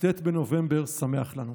כ"ט בנובמבר שמח לנו.